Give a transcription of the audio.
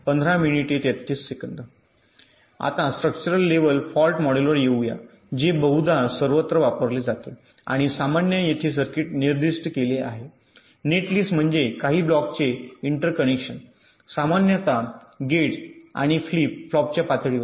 आता structural level fault मॉडेलवर येऊ या जे बहुधा सर्वत्र वापरले जाते आणि सामान्य येथे सर्किट निर्दिष्ट केले आहे नेटलिस्ट म्हणजे काही ब्लॉक्सचे इंटरकनेक्शन सामान्यत गेट्स आणि फ्लिप फ्लॉपच्या पातळीवर